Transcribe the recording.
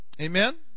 Amen